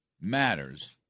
matters